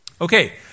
Okay